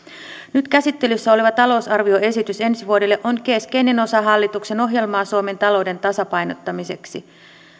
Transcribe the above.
nyt käsittelyssä oleva talousarvioesitys ensi vuodelle on keskeinen osa hallituksen ohjelmaa suomen talouden tasapainottamiseksi